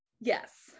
Yes